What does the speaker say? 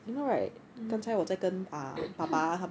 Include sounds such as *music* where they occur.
mmhmm *coughs*